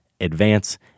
advance